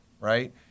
right